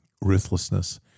ruthlessness